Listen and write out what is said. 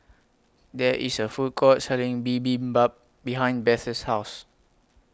There IS A Food Court Selling Bibimbap behind Beth's House